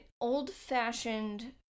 old-fashioned